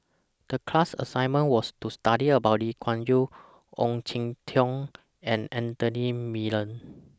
The class assignment was to study about Lee Kuan Yew Ong Jin Teong and Anthony Miller